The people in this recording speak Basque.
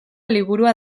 liburua